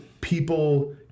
people